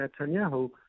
Netanyahu